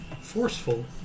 forceful